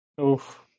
Oof